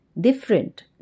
different